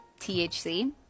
THC